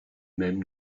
même